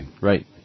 Right